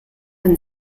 ein